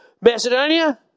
Macedonia